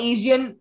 Asian